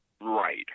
right